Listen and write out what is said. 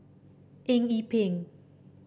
Eng Yee Peng